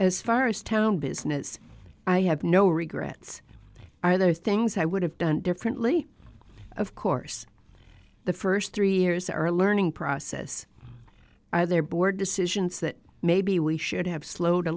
as far as town business i have no regrets are there are things i would have done differently of course the first three years are a learning process are their board decisions that maybe we should have slowed a